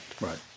Right